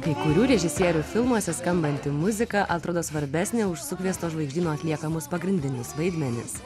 kai kurių režisierių filmuose skambanti muzika atrodo svarbesnė už sukviesto žvaigždyno atliekamus pagrindinius vaidmenis